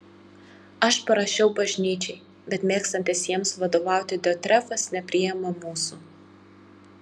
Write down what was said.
aš parašiau bažnyčiai bet mėgstantis jiems vadovauti diotrefas nepriima mūsų